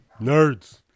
Nerds